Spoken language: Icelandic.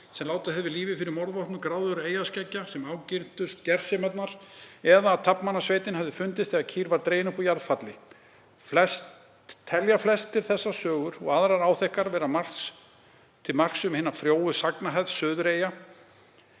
sem látið hefði lífið fyrir morðvopnum gráðugra eyjarskeggja sem ágirntust gersemarnar eða að taflmannasveitin hefði fundist þegar kýr var dregin upp úr jarðfalli. Telja flestir þessar sögur og aðrar áþekkar til marks um hina frjóu sagnahefð Suðureyinga